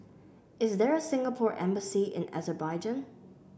is there a Singapore Embassy in Azerbaijan